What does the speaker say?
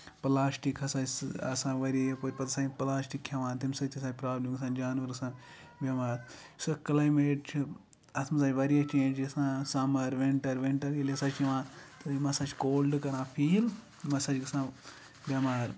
plastic ہسا چھُ آسان واریاہ یَپٲرۍ پَتہٕ آسان یِم پٔلاسٹِک کھٮ۪وان تَمہِ سۭتۍ ہسا پروبلِم گژھان جانور گژھان بیمار سُہ کٔلایمیٹ چھُ اَتھ منٛز آیہِ واریاہ چینج اِنسانَس سَمر وِنٹر وِنٹر ییٚلہِ ہسا چھ یِوان تہٕ یِم ہسا چھِ کولڈ کران فیٖل یِم ہسا چھِ گژھان بیمار